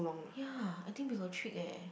ya I think we got tricked eh